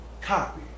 copy